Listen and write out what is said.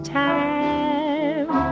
time